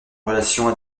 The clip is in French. relation